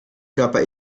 körper